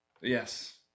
Yes